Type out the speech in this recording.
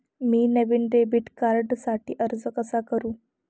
मी नवीन डेबिट कार्डसाठी अर्ज कसा करू?